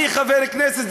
אני חבר כנסת,